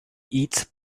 eats